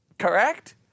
Correct